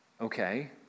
Okay